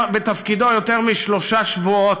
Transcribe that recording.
בתפקידו יותר מ"שלושה שבועות"